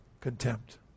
contempt